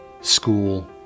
school